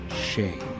shame